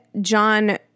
John